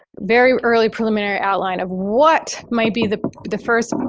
very early preliminary outline of what might be the the first, um